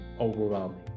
overwhelming